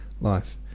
life